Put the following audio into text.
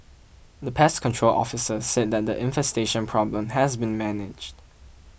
the pest control officer said that the infestation problem has been managed